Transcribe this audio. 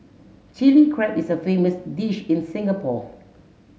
Chilli Crab is a famous dish in Singapore